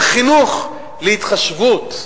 זה חינוך להתחשבות,